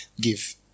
give